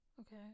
Okay